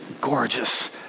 gorgeous